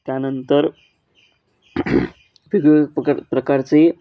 त्यानंतर वेगवेगळ्या प्रकार प्रकारचे